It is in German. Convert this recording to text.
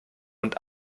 und